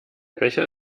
becher